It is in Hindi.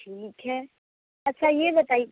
ठीक है अच्छा यह बताइ